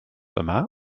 yma